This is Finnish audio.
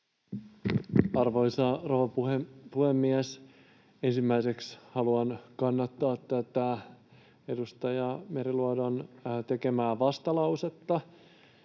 Arvoisa rouva puhemies! Ensimmäiseksi haluan kannattaa tätä edustaja Meriluodon tekemää vastalausetta,